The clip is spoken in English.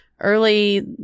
early